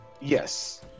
Yes